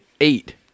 eight